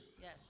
Yes